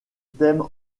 thème